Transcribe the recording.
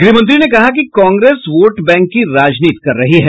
गृह मंत्री ने कहा कि कांग्रेस वोट बैंक की राजनीति कर रही है